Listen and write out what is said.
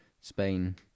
Spain